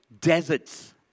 deserts